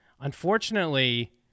unfortunately